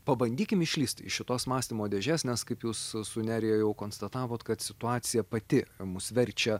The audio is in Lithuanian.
pabandykim išlįst iš šitos mąstymo dėžes nes kaip jūs su nerija jau konstatavot kad situacija pati mus verčia